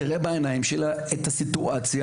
תראה בעיניים שלה את הסיטואציה.